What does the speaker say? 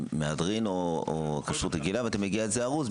מהדרין או כשרות רגילה וזה מגיע ארוז.